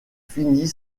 finit